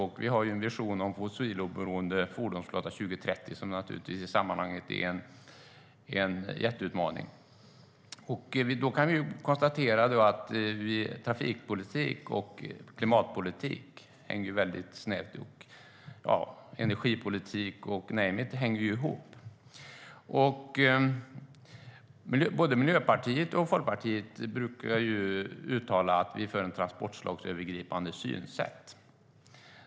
Och vi har en vision om en fossiloberoende fordonsflotta 2030, vilket är en jätteutmaning i sammanhanget. Trafikpolitik och klimatpolitik hänger ihop. Energipolitik och "you name it" hänger ihop. Och både Miljöpartiet och Folkpartiet är för ett transportslagsövergripande synsätt.